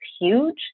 huge